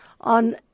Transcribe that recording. on